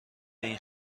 این